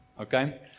Okay